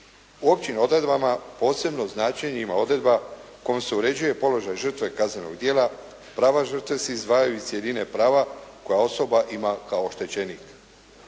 općim odredbama posebno značenje ima odredba kojom se uređuje položaj žrtve kaznenog djela, prava žrtve se izdvajaju iz cjeline prava koja osoba ima kao oštećenik.